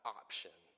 option